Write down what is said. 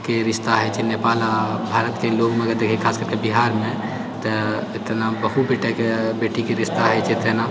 के रिश्ता होइत छै नेपाल आ भारतके लोगमे खास करिकऽ बिहारमे तऽ एतना बहु बेटाके बेटीके रिश्ता होइत छै तेना